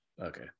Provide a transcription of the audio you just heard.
Okay